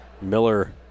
Miller